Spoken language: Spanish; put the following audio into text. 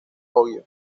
ohio